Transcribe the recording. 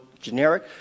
generic